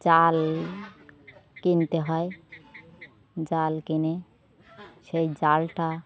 জাল কিনতে হয় জাল কিনে সেই জালটা